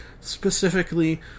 specifically